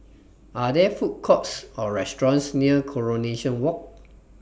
Are There Food Courts Or restaurants near Coronation Walk